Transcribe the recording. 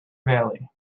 valley